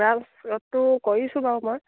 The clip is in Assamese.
ব্ৰাছটো কৰিছোঁ বাৰু মই